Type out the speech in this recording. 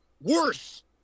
Worse